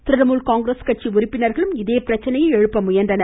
திரிணாமுல் காங்கிரஸ் கட்சி உறுப்பினர்களும் இதே பிரச்சனையை எழுப்ப முயன்றனர்